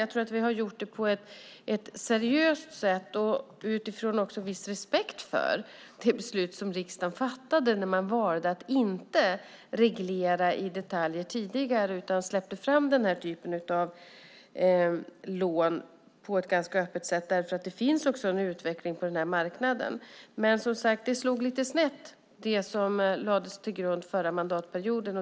Jag tror att vi har gjort det på ett seriöst sätt och med viss respekt för det beslut som riksdagen fattade när man valde att inte reglera i detalj tidigare utan släppte fram den här typen av lån på ett ganska öppet sätt eftersom det finns en utveckling på den här marknaden. Det slog lite snett, det som man lade grunden för under den förra mandatperioden.